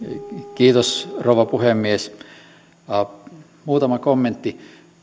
rouva puhemies muutama kommentti